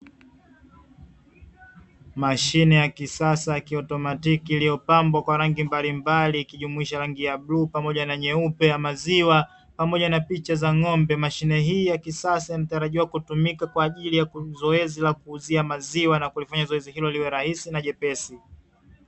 Mashine ya kisasa ya kiotomatiki iliyopambwa kwa rangi mbalimbali ikijumuisha rangi ya bluu pamoja na nyeupe ya maziwa pamoja na picha za ng'ombe, mashine hii ya kisasa inatarajiwa kutumika kwa ajili ya zoezi la kuuzia maziwa na kulifanya zoezi hilo liwe rahisi na jepesi.